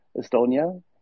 Estonia